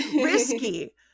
risky